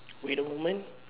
wait a moment